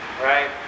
right